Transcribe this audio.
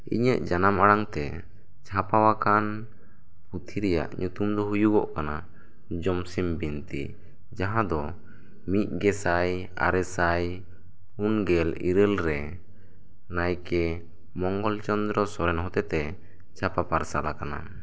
ᱤᱧᱟᱹᱜ ᱡᱟᱱᱟᱢ ᱟᱲᱟᱝ ᱛᱮ ᱪᱷᱟᱯᱟᱣ ᱟᱠᱟᱱ ᱯᱩᱛᱷᱤ ᱨᱮᱭᱟᱜ ᱧᱩᱛᱩᱢ ᱫᱚ ᱦᱩᱭᱩᱜ ᱜᱚᱜ ᱠᱟᱱᱟ ᱡᱚᱢᱥᱤᱢ ᱵᱤᱱᱛᱤ ᱡᱟᱦᱟᱸ ᱫᱚ ᱢᱤᱫᱜᱮᱥᱟᱭ ᱟᱨᱮᱥᱟᱭ ᱯᱩᱱᱜᱮᱞ ᱤᱨᱟᱹᱞ ᱨᱮ ᱱᱟᱭᱠᱮ ᱢᱚᱝᱜᱚᱞ ᱪᱚᱱᱫᱨᱚ ᱥᱚᱨᱮᱱ ᱦᱚᱛᱮᱛᱮᱪᱷᱟᱯᱟ ᱯᱟᱨᱥᱟᱞ ᱟᱠᱟᱱᱟ